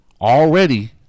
already